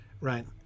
Right